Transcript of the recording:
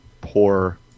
poor